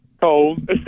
cold